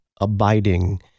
abiding